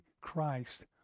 Christ